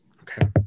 Okay